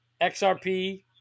XRP